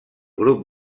grup